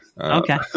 Okay